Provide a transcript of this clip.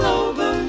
over